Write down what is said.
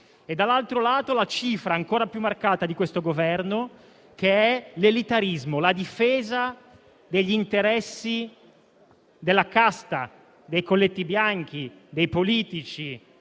Dall'altro lato, la cifra ancora più marcata di questo Governo è l'elitarismo, la difesa degli interessi della casta, dei colletti bianchi, dei politici,